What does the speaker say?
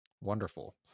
wonderful